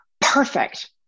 perfect